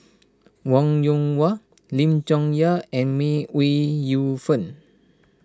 Wong Yoon Wah Lim Chong Yah and May Ooi Yu Fen